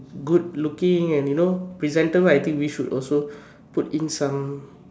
good looking and you know presentable I think we should also put in some